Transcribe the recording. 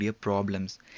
problems